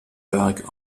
werk